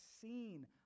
seen